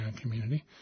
community